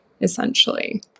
essentially